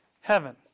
heaven